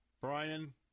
Brian